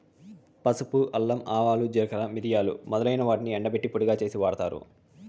పసుపు, అల్లం, ఆవాలు, జీలకర్ర, మిరియాలు మొదలైన వాటిని ఎండబెట్టి పొడిగా చేసి వాడతారు